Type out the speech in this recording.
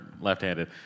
left-handed